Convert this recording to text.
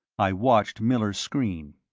i watched miller's screen.